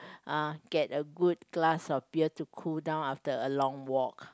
uh get a good glass of beer to cool down after a long walk